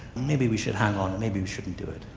maybe we should hang on, maybe we shouldn't do it.